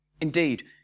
Indeed